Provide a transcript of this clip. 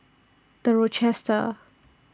The Rochester